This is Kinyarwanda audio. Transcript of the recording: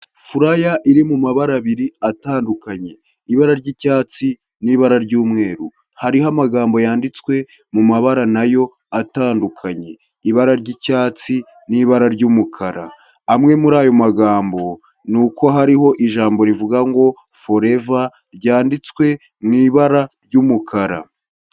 Furaya iri mu mabara abiri atandukanye, ibara ry'icyatsi n'ibara ry'umweru. Hariho amagambo yanditswe mu mabara na yo atandukanye, ibara ry'icyatsi n'ibara ry'umukara, amwe muri ayo magambo ni uko hariho ijambo rivuga ngo foreva ryanditswe mu ibara ry'umukara.